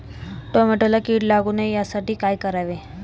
टोमॅटोला कीड लागू नये यासाठी काय करावे?